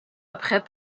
après